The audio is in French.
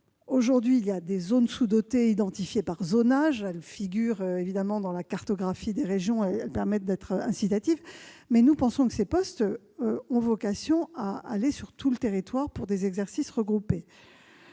Aujourd'hui, il existe des zones sous-dotées identifiées par zonage, qui figurent évidemment dans la cartographie des régions et permettent d'être incitatives. Toutefois, nous pensons que ces professionnels auront vocation à se rendre partout sur le territoire pour des exercices regroupés.